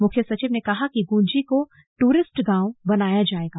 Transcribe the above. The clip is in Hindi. मुख्य सचिव ने कहा कि गुंजी को दूरिस्ट गांव बनाया जायेगा